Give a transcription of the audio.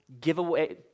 giveaway